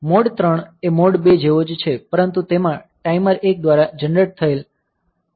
mode 3 એ mode 2 જેવો જ છે પરંતુ તેમાં ટાઈમર 1 દ્વારા જનરેટ થયેલ વેરિએબલ બોડ રેટ હોઈ શકે છે